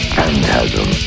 Phantasm